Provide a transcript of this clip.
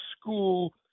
school